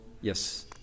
yes